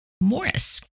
Morris